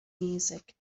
music